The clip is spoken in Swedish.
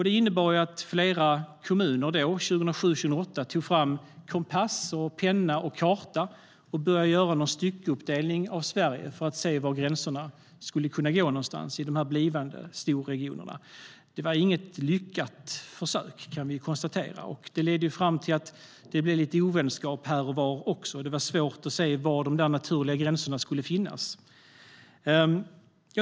Det innebar att flera kommuner då, 2007 och 2008, tog fram kompass, penna och karta och började stycka upp Sverige för att se var gränserna skulle kunna gå i de blivande storregionerna. Det var inget lyckat försök, kan vi konstatera. Det ledde till lite ovänskap här och var, och det var svårt att se var de naturliga gränserna skulle finnas.